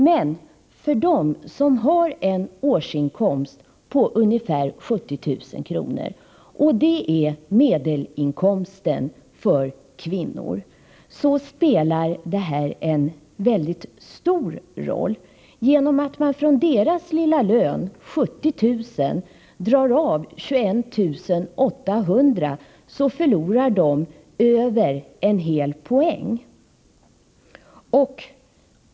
Men för dem som har en årsinkomst på ungefär 70 000 kr., och det är medelinkomsten för kvinnor, spelar det här en väldigt stor roll. Eftersom 21 800 kr. dras av från deras lilla lön — 70 000 kr. —, förlorar de över en hel poäng.